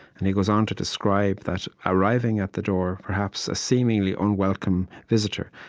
and he goes on to describe that arriving at the door, perhaps a seemingly unwelcome visitor,